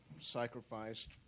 sacrificed